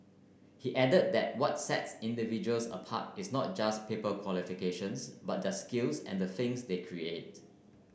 he added that what sets individuals apart is not just paper qualifications but their skills and the things they create